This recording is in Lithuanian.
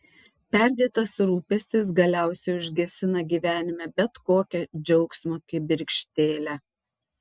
perdėtas rūpestis galiausiai užgesina gyvenime bet kokią džiaugsmo kibirkštėlę